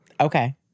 Okay